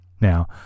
now